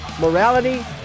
morality